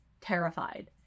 terrified